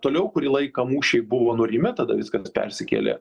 toliau kurį laiką mūšiai buvo nurimę tada viskas persikėlė